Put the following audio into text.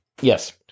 Yes